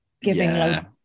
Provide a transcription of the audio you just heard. giving